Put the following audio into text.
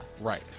right